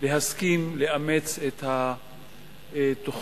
להסכים לאמץ את התוכנית,